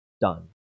done